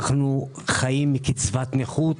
אנחנו חיים מקצבת נכות.